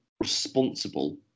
responsible